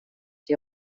die